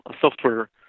software